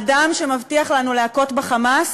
אדם שמבטיח לנו להכות ב"חמאס",